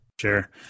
Sure